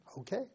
Okay